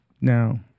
Now